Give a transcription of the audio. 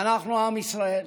ואנחנו, עם ישראל,